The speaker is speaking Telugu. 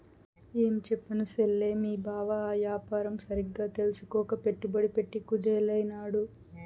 ఏంచెప్పను సెల్లే, మీ బావ ఆ యాపారం సరిగ్గా తెల్సుకోక పెట్టుబడి పెట్ట కుదేలైనాడు